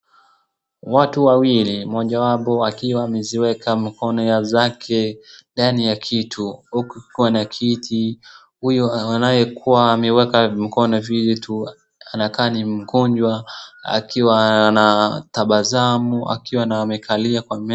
Watu wawili mmojawapo akiwa ameziweka mikono zake ndani ya kitu huku kukiwa na kiti. Huyo anayekuwa ameweka mikono vitu anakaa ni mgonjwa akiwa anatabasamu akiwa na amekalia kwa meza.